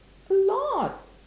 a lot